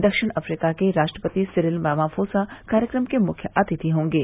दक्षिण अफ्रिका के राष्ट्रपति सिरिल रामाफोसा कार्यक्रम के मुख्य अतिथि होंगे